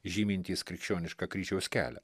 žymintys krikščionišką kryžiaus kelią